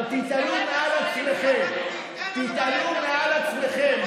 אבל תתעלו מעל עצמכם, תתעלו מעל עצמכם.